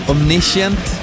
Omniscient